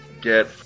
get